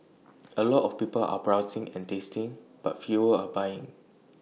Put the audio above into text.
A lot of people are browsing and tasting but fewer are buying